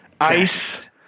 Ice